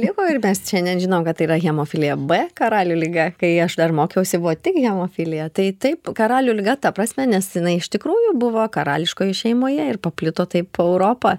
liko ir mes šiandien žinom kad tai yra hemofilija b karalių liga kai aš dar mokiausi buvo tik hemofilija tai taip karalių liga ta prasme nes jinai iš tikrųjų buvo karališkoje šeimoje ir paplito taip po europą